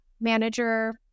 manager